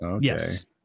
yes